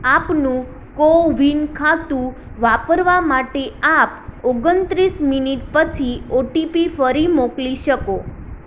આપનું કોવિન ખાતું વાપરવા માટે આપ ઓગણત્રીસ મિનિટ પછી ઓટીપી ફરી મોકલી શકો